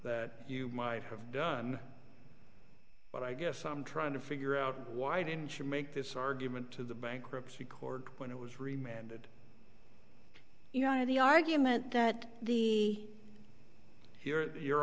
that you might have done but i guess i'm trying to figure out why didn't she make this argument to the bankruptcy court when it was remanded you know the argument that the hear your